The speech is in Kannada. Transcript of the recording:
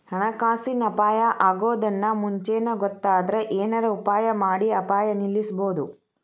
ಹಣಕಾಸಿನ್ ಅಪಾಯಾ ಅಗೊದನ್ನ ಮುಂಚೇನ ಗೊತ್ತಾದ್ರ ಏನರ ಉಪಾಯಮಾಡಿ ಅಪಾಯ ನಿಲ್ಲಸ್ಬೊದು